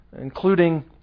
including